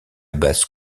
basse